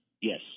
Yes